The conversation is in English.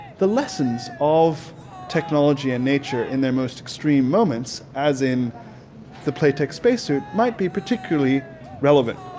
the lessons of technology and nature in their most extreme moments as in the playtex spacesuit might be particularly relevant.